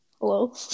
Hello